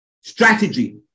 Strategy